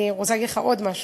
אני רוצה להגיד לך עוד משהו,